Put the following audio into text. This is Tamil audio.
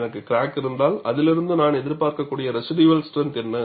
எனக்கு கிராக் இருந்தால் அதிலிருந்து நான் எதிர்பார்க்கக்கூடிய ரெஷிடுயல் ஸ்ட்ரென்த் என்ன